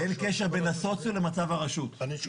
אין קשר בין הסוציו למצב הרשות.